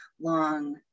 long